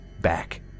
back